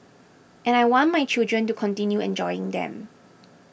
and I want my children to continue enjoying them